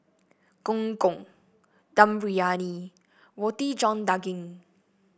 Gong Gong Dum Briyani Roti John Daging